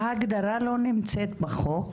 ההגדרה לא נמצאת בחוק?